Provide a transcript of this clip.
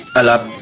alam